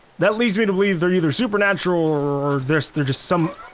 that leads me to believe they're either supernatural or or there's, they're just some.